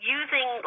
using